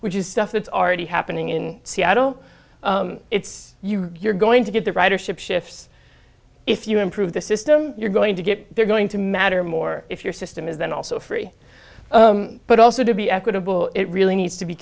which is stuff that's already happening in seattle it's you know you're going to get the ridership shifts if you improve the system you're going to get they're going to matter more if your system is then also free but also to be equitable it really needs to be